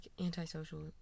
antisocial